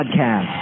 Podcast